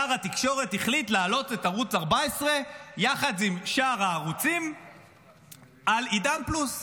שר התקשורת החליט להעלות את ערוץ 14 יחד עם שאר הערוצים על עידן פלוס.